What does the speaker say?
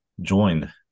Joined